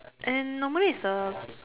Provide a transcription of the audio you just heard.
and normally is the